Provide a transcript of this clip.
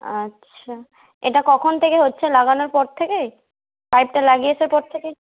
আচ্ছা এটা কখন থেকে হচ্ছে লাগানোর পর থেকে পাইপটা লাগিয়ে আসার পর থেকেই